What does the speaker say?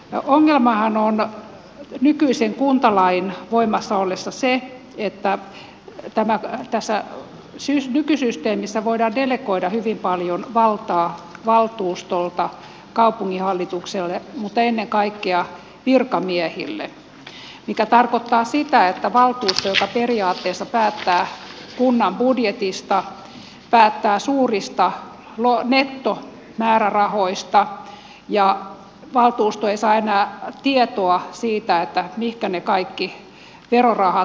ongelmahan on nykyisen kuntalain voimassa ollessa se että tässä nykysysteemissä voidaan delegoida hyvin paljon valtaa valtuustolta kaupunginhallitukselle mutta ennen kaikkea virkamiehille mikä tarkoittaa sitä että valtuusto joka periaatteessa päättää kunnan budjetista päättää suurista nettomäärärahoista ei saa enää tietoa siitä mihin ne kaikki verorahat uppoavat